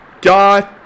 God